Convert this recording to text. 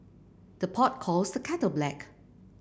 the pot calls the kettle black